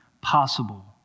possible